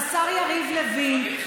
יריב לוין,